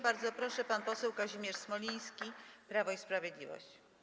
Bardzo proszę, pan poseł Kazimierz Smoliński, Prawo i Sprawiedliwość.